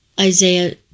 Isaiah